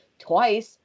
twice